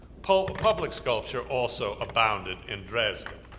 public public sculpture also abounded in dresden.